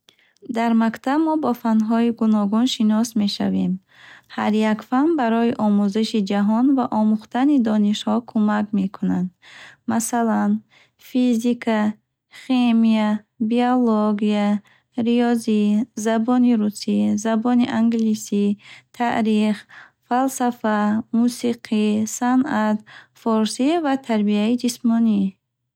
Дар мактаб мо бо фанҳои гуногун шинос мешавем. Ҳар як фан барои омӯзиши ҷаҳон ва омӯхтани донишҳо кумак мекунад. Масалан: физика, химия, биология, риёзӣ, забони русӣ, забони англисӣ, таърих, фалсафа, мусиқӣ, санъат, форсӣ ва тарбияи ҷисмонӣ.